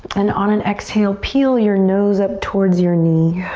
and on an exhale, peel your nose up towards your knee.